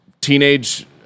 teenage